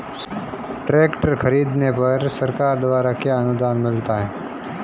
Tractor खरीदने पर सरकार द्वारा क्या अनुदान मिलता है?